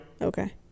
Okay